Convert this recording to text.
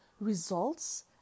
results